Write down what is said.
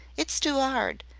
it's too ard.